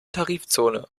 tarifzone